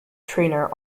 trainer